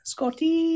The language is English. Scotty